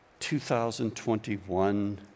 2021